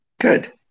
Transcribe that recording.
good